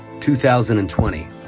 2020